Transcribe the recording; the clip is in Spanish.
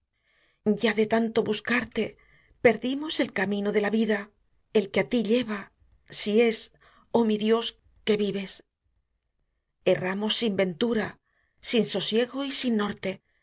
qué nacemos ya de tanto buscarte perdimos el camino de la vida el que á tí lleva si es oh mi dios que vives erramos sin ventura sin sosiego y sin norte